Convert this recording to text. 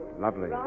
lovely